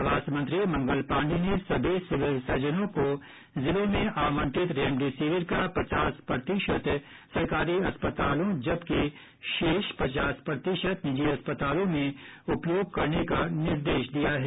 स्वास्थ्य मंत्री मंगल पांडेय ने सभी सिविल सर्जनों को जिलों में आवंटित रेमडेसिविर का पचास प्रतिशत सरकारी अस्पतालों जबकि शेष पचास प्रतिशत निजी अस्पतालों में उपयोग करने का निर्देश दिया है